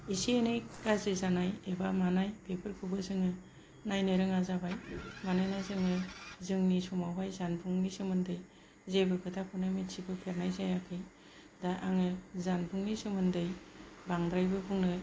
एसे एनै गाज्रि जानाय एबा मानाय बेफोरखौबो जों नायनो रोङा जाबाय मानोना जोङो जोंनि समावहाय जानबुंनि सोमोन्दै जेबो खोथाखौनो मिथिबोफेरनाय जायाखै दा आङो जानबुंनि सोमोन्दै बांद्रायबो बुंनो